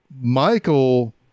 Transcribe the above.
michael